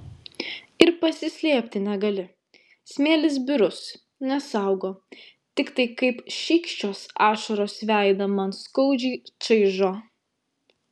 ir pasislėpti negali smėlis birus nesaugo tiktai kaip šykščios ašaros veidą man skaudžiai čaižo